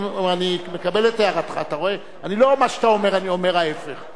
האם לא מדובר פה בנושא חוקתי,